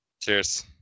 Cheers